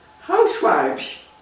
housewives